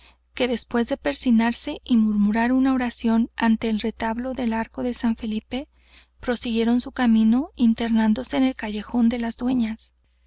que después de persignarse y murmurar una oración ante el retablo del arco de san felipe prosiguieron su camino internándose en el callejón de las dueñas